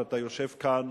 הוא שאתה יושב כאן